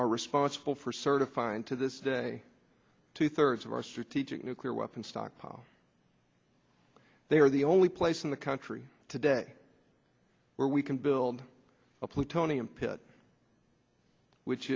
are responsible for certifying to this day two thirds of our strategic nuclear weapons stockpile they are the only place in the country today where we can build a plutonium pit which